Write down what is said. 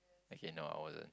okay no I wasn't